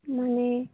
ᱢᱟᱱᱮ